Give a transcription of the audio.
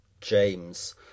James